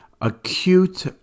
acute